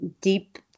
deep